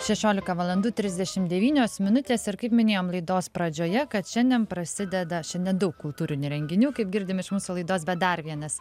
šešiolika valandų trisdešim devynios minutės ir kaip minėjom laidos pradžioje kad šiandien prasideda šiandien daug kultūrinių renginių kaip girdim iš mūsų laidos bet dar vienas